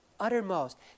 uttermost